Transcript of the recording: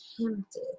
tempted